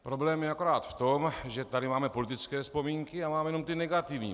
Problém je akorát v tom, že tady máme politické vzpomínky a máme jenom ty negativní.